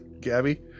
Gabby